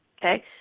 okay